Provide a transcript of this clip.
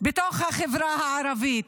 בחברה הערבית.